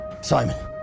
Simon